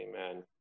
Amen